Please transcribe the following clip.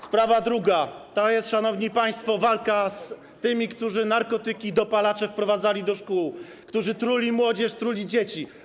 Sprawa druga, szanowni państwo, to jest walka z tymi, którzy narkotyki i dopalacze wprowadzali do szkół, którzy truli młodzież, truli dzieci.